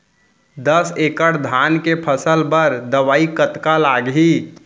दस एकड़ धान के फसल बर दवई कतका लागही?